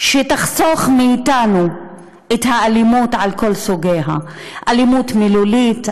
שתחסוך מאתנו את האלימות על כל סוגיה: אלימות מילולית,